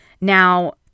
now